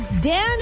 Dan